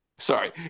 Sorry